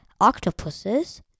octopuses